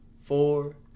four